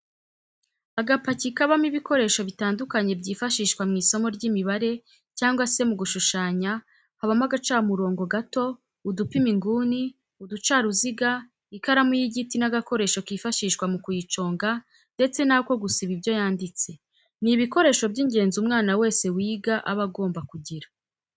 Agapaki kabamo ibikoresho bitandukanye byifashishwa mu isomo ry'imibare cyangwa se mu gushushanya habamo agacamurongo gato, udupima inguni, uducaruziga, ikaramu y'igiti n'agakoresho kifashishwa mu kuyiconga ndetse n'ako gusiba ibyo yanditse, ni ibikoresho by'ingenzi umwana wese wiga aba agomba kugira.